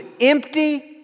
empty